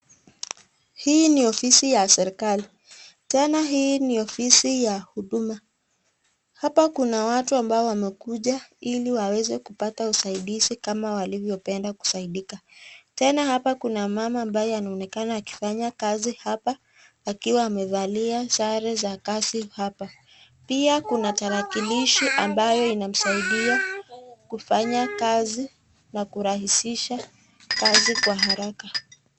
Hii ni ofisi ya serikali. Tena hii ni ofisi ya huduma. Hapa kuna watu ambao wamekuja ili waweze kupata usaidizi kama walivyopenda kusaidika. Tena hapa kuna mama ambaye anaonekana akifanya kazi hapa akiwa amevalia sare za kazi hapa. Pia kuna tarakilishi ambayo inamsaidia kufanya kazi na kurahisisha kazi kwa haraka.